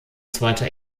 zweiter